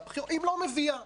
היא לא מביאה,